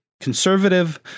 conservative